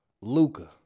Luca